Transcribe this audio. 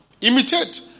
Imitate